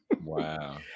Wow